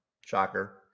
Shocker